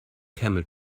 camel